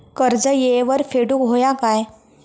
कर्ज येळेवर फेडूक होया काय?